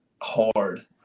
hard